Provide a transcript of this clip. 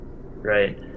Right